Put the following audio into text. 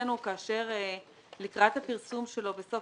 מבחינתנו כאשר לקראת הפרסום שלו בסוף